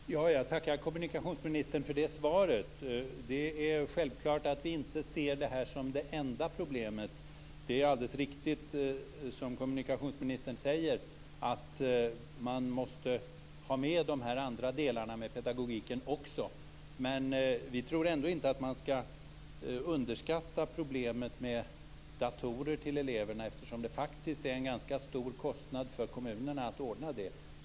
Herr talman! Jag tackar kommunikationsministern för det svaret. Det är självklart att vi inte ser det här som det enda problemet. Det är alldeles riktigt som kommunikationsministern säger att man måste ha med de delar som handlar om pedagogiken också. Men vi tror ändå inte att man skall underskatta problemet med datorer till eleverna. Det är faktiskt en ganska stor kostnad för kommunerna att ordna det.